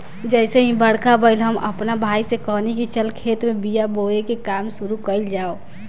जइसे ही बरखा भईल, हम आपना भाई से कहनी की चल खेत में बिया बोवे के काम शुरू कईल जाव